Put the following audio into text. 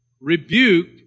rebuked